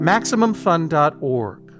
MaximumFun.org